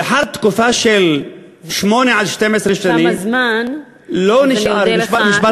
לאחר תקופה של שמונה עד 12 שנים לא נשאר, תם הזמן.